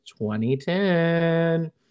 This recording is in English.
2010